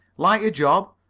like your job?